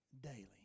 daily